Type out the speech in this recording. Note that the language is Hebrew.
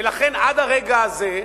ולכן עד הרגע הזה,